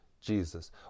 Jesus